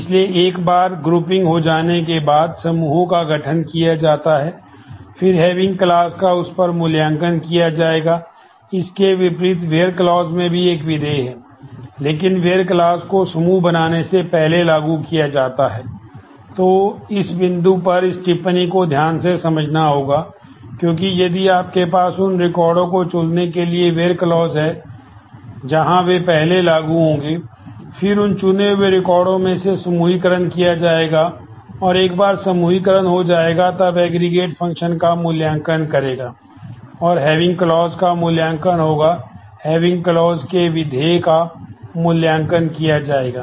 इसलिए एक बार ग्रुपिंग के विधेय का मूल्यांकन किया जाएगा